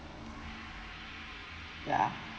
ya